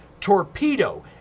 torpedo